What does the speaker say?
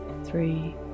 Three